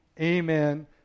Amen